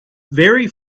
very